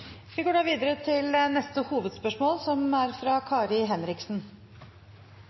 Vi går videre til neste hovedspørsmål. Mitt spørsmål går til kulturministeren. Venstre er